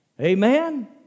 Amen